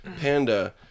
panda